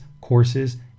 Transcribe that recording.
courses